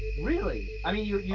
really? i mean,